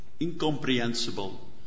incomprehensible